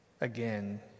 again